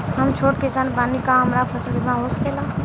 हम छोट किसान बानी का हमरा फसल बीमा हो सकेला?